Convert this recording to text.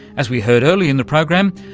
as we heard early in the program,